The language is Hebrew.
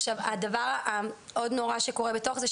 הדבר הנורא הנוסף שקורה בתוך זה,